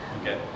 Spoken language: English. Okay